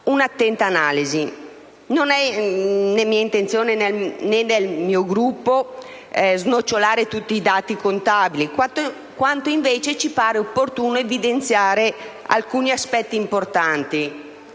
un'attenta analisi. Non è intenzione mia, né del mio Gruppo, snocciolare tutti i dati contabili; ci pare invece opportuno evidenziare alcuni aspetti importanti.